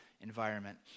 environment